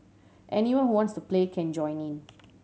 anyone who wants to play can join in